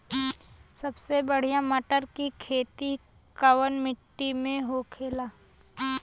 सबसे बढ़ियां मटर की खेती कवन मिट्टी में होखेला?